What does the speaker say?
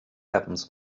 happens